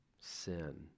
sin